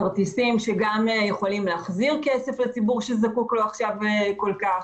כרטיסים שגם יכולים להחזיר כסף לציבור שזקוק לו עכשיו כל כך.